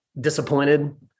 disappointed